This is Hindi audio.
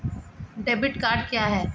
डेबिट कार्ड क्या है?